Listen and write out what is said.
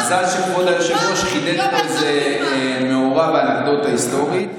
מזל שכבוד היושב-ראש חידד איזה מאורע ואנקדוטה היסטורית.